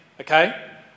okay